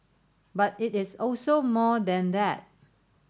but it is also more than that